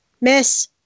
Miss